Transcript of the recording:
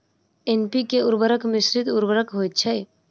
NPK उर्वरक मिश्रित उर्वरक होइत छै